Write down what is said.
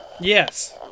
Yes